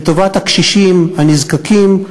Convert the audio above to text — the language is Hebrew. לטובת הקשישים הנזקקים,